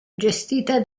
gestita